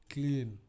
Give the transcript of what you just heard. Clean